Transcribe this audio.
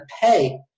pay